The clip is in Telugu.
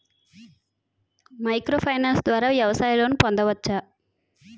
మైక్రో ఫైనాన్స్ ద్వారా వ్యవసాయ లోన్ పొందవచ్చా?